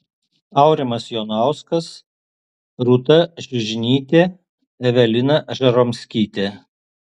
aurimas jonauskas rūta žiužnytė evelina žaromskytė